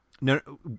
No